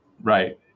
Right